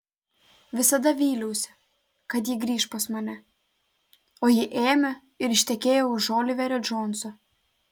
visada vyliausi kad ji grįš pas mane o ji ėmė ir ištekėjo už oliverio džonso